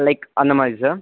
like அந்தமாதிரி sir